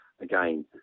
again